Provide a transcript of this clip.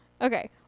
Okay